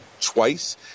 twice